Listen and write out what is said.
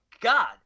God